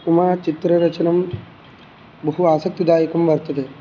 मम चित्ररचनं बहु आसक्तिदायकं वर्तते